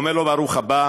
הוא אומר לו: ברוך הבא